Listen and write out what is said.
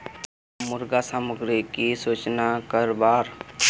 हम मुर्गा सामग्री की सूचना करवार?